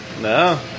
No